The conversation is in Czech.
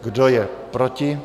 Kdo je proti?